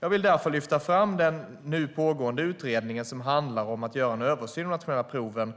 Jag vill därför lyfta fram en nu pågående utredning som handlar om att göra en översyn av de nationella proven